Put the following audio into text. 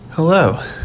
Hello